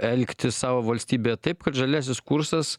elgtis savo valstybėje taip kad žaliasis kursas